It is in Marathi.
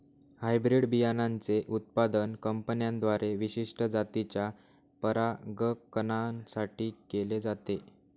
हायब्रीड बियाणांचे उत्पादन कंपन्यांद्वारे विशिष्ट जातीच्या परागकणां साठी केले जाते